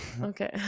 Okay